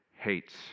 hates